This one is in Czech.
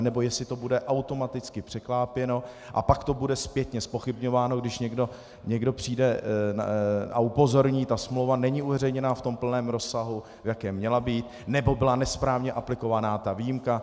Nebo jestli to bude automaticky překlápěno a pak to bude zpětně zpochybňováno, když některé přijde a upozorní, že ta smlouva není uveřejněna v plném rozsahu, v jakém měla být, nebo byla nesprávně aplikovaná výjimka.